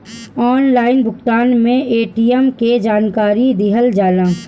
Online भुगतान में ATM के जानकारी दिहल जाला?